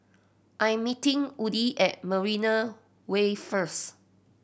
I am meeting Woody at Marina Way first